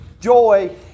joy